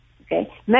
okay